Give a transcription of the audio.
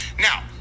Now